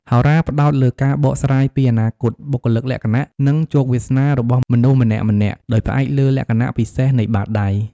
ហោរាផ្តោតលើការបកស្រាយពីអនាគត បុគ្គលិកលក្ខណៈ និងជោគវាសនារបស់មនុស្សម្នាក់ៗ ដោយផ្អែកលើលក្ខណៈពិសេសនៃបាតដៃ។